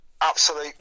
absolute